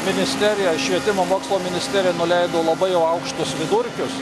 ministerija švietimo mokslo ministerija nuleido labai jau aukštus vidurkius